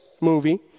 movie